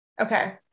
Okay